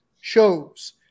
shows